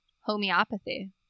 Homeopathy